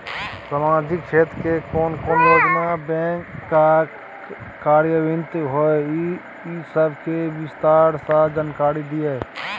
सामाजिक क्षेत्र के कोन कोन योजना बैंक स कार्यान्वित होय इ सब के विस्तार स जानकारी दिय?